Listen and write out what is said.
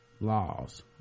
laws